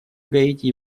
гаити